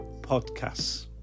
podcasts